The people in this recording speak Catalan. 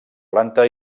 planta